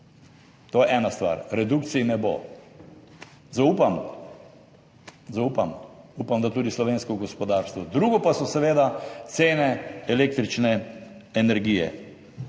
To je ena stvar, redukcij ne bo. Zaupam. Upam, da tudi slovensko gospodarstvo. Drugo pa so seveda cene električne energije,